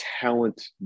talent